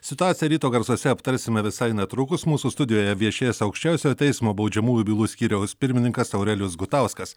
situaciją ryto garsuose aptarsime visai netrukus mūsų studijoje viešės aukščiausiojo teismo baudžiamųjų bylų skyriaus pirmininkas aurelijus gutauskas